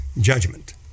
judgment